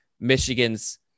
michigan's